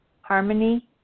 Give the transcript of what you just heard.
harmony